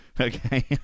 okay